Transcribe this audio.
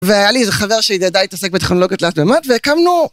והיה לי איזה חבר שידע להתעסק בטכנולוגיות תלת מימד, והקמנו...